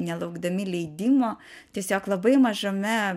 nelaukdami leidimo tiesiog labai mažame